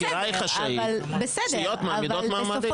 הבחירה היא חשאית, סיעות מעמידות מועמדים.